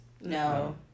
No